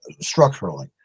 structurally